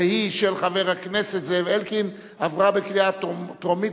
התשע"ב 2012,